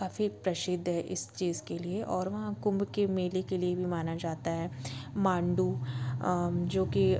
काफ़ी प्रसिद्ध है इस चीज़ के लिए और वह कुंभ के मेले के लिए भी माना जाता है मांडू जो कि